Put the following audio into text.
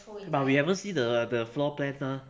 but we haven't see the the floor plan mah